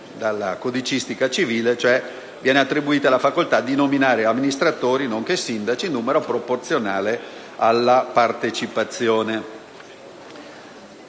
dalla codicistica civile, cioè viene attribuita la facoltà di nominare amministratori, nonché sindaci, in numero proporzionale alla partecipazione.